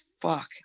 fuck